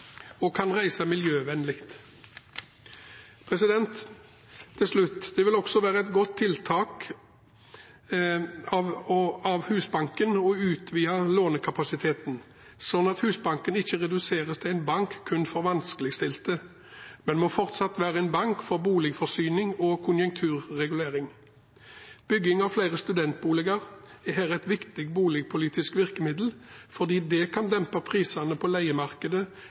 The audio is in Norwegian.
og kan reise miljøvennlig. Til slutt: Det vil også være et godt tiltak av Husbanken å utvide lånekapasiteten, slik at Husbanken ikke reduseres til en bank kun for vanskeligstilte, men den må fortsatt være en bank for boligforsyning og konjunkturregulering. Bygging av flere studentboliger er her et viktig boligpolitisk virkemiddel fordi det kan dempe prisene på leiemarkedet